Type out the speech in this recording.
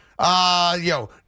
Yo